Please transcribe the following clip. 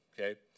Okay